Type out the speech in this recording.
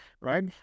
right